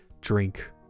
drink